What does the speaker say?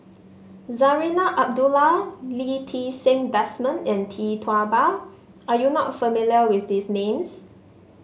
Zarinah Abdullah Lee Ti Seng Desmond and Tee Tua Ba are you not familiar with these names